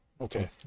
Okay